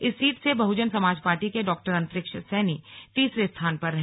इस सीट से बहुजन समाज पार्टी के डॉ अंतरिक्ष सैनी तीसरे स्थान पर रहे